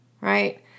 right